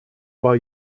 war